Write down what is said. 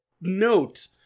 note